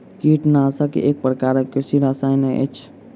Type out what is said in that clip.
कीटनाशक एक प्रकारक कृषि रसायन अछि